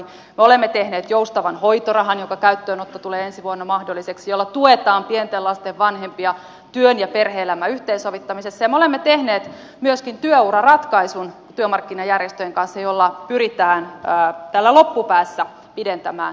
me olemme tehneet joustavan hoitorahan jonka käyttöönotto tulee ensi vuonna mahdolliseksi jolla tuetaan pienten lasten vanhempia työn ja perhe elämän yhteensovittamisessa ja me olemme tehneet työmarkkinajärjestöjen kanssa myöskin työuraratkaisun jolla pyritään täällä loppupäässä pidentämään työuria